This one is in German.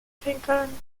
pinkeln